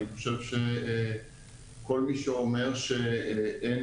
אני חושב שכל מי שאומר שאין